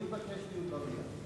אני מבקש דיון במליאה.